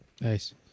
Nice